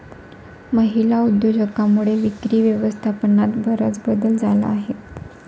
महिला उद्योजकांमुळे विक्री व्यवस्थापनात बराच बदल झाला आहे